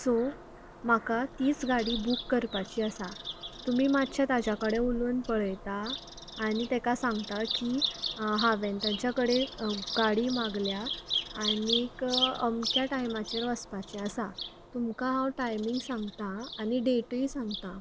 so म्हाका तीच गाडी बूक करपाची आसा तुमी मातशे ताच्या कडेन उलोवन पळयता आनी ताका सांगता की हांवें तांच्या कडेन गाडी मागल्या आनीक अमक्या टायमाचेर वचपाचे आसा तुमकां हांव टायमींग सांगता आनी डेटय सांगता